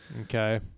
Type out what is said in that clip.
okay